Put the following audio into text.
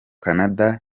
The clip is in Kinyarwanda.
canada